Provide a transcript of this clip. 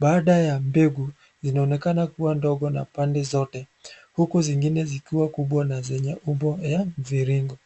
Baada ya mbegu inaonekana kuwa ndogo na pande zote huku zingine zikiwa kubwa na zenye umbo ya mviringo.